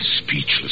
Speechless